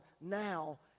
Now